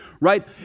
right